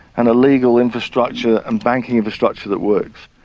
and a legal infrastructure and banking infrastructure that works.